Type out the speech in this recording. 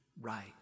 right